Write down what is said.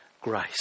grace